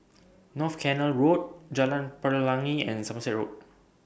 North Canal Road Jalan Pelangi and Somerset Road